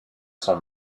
son